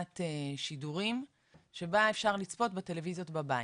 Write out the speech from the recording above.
חבילת שידורים שבה אפשר לצפות בטלוויזיות בבית.